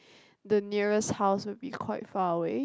the nearest house will be quite far away